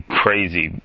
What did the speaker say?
crazy